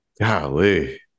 golly